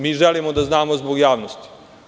Mi to želimo da znamo, zbog javnosti.